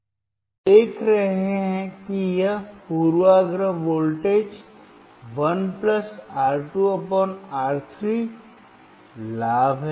तो आप देख रहे हैं कि यह पूर्वाग्रह वोल्टेज है 1 R2 R3 लाभ है